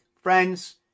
Friends